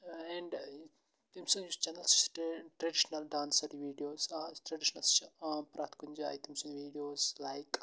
and تٔمۍ سُنٛد یُس چَنَل سُہ چھِ traditional dancer videos as traditional سُہ چھِ عام پرٛٮ۪تھ کُنہِ جایہِ تٔمۍ سٕنٛدۍ ویٖڈیوز لایِک